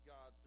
God